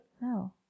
No